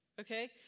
okay